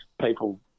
people